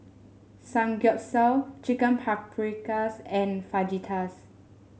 Samgyeopsal Chicken Paprikas and Fajitas